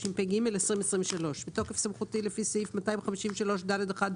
התשפ"ג-2023 בתוקף סמכותי לפי סעיף 253(ד)(1)